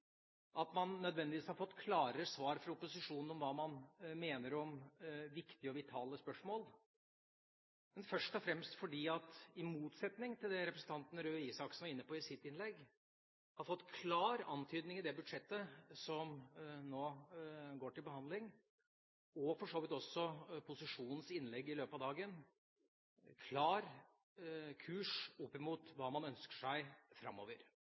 fordi man nødvendigvis har fått klarere svar fra opposisjonen om hva man mener om viktige og vitale spørsmål, men først og fremst fordi man – i motsetning til det som Røe Isaksen var inne på i sitt innlegg – i det budsjettet som nå går til behandling, og for så vidt også i posisjonens innlegg i løpet av dagen, har fått en klar kurs for hva man ønsker seg framover.